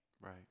right